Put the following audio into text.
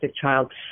child